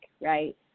right